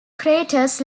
craters